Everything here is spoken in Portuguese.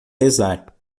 rezar